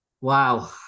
Wow